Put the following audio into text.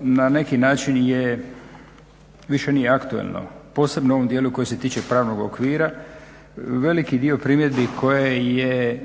na neki način je više nije aktualno, posebno u ovom dijelu koje se tiče pravnog okvira. Veliki dio primjedbi koje je